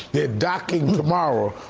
they're docking tomorrow,